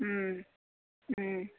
ꯎꯝ ꯎꯝ